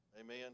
Amen